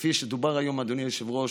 כפי שדובר היום, אדוני היושב-ראש,